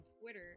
Twitter